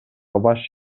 баш